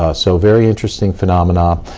ah so very interesting phenomenon.